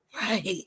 Right